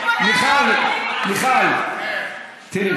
מיכל, תראי,